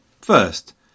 First